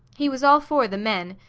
he was all for the men.